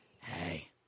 hey